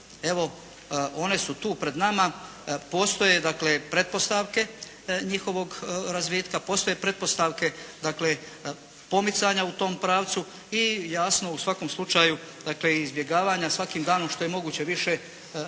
evo one su tu pred nama. Postoje dakle pretpostavke njihovog razvitka, postoje pretpostavke dakle pomicanja u tom pravcu i jasno u svakom slučaju dakle izbjegavanje svakim danom što je moguće više nekakve